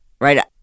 right